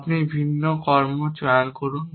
একটি ভিন্ন কর্ম চয়ন করুন